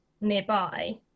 nearby